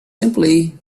simply